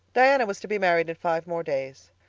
diana was to be married in five more days.